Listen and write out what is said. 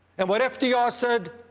and when fdr said,